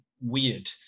weird